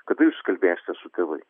kada jūs kalbėsitės su tėvais